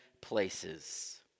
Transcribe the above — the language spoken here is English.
places